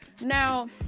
Now